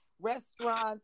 restaurants